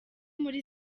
muri